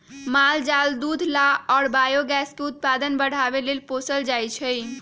माल जाल दूध मास आ बायोगैस के उत्पादन बढ़ाबे लेल पोसल जाइ छै